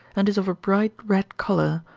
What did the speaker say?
and is of a bright red colour,